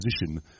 position